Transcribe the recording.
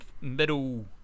middle